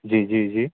જીજીજી